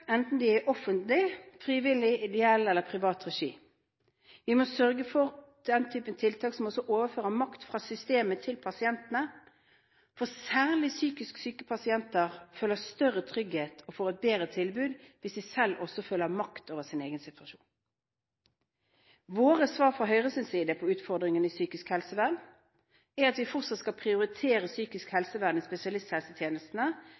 enten de er i offentlig, frivillig, ideell eller privat regi. Vi må sørge for at den type tiltak som også overfører makt fra systemet til pasientene, for særlig psykisk syke pasienter føler større trygghet og får et bedre tilbud hvis de selv også føler at de har makt over sin egen situasjon. Høyres svar på utfordringene i psykisk helsevern er at vi fortsatt skal prioritere psykisk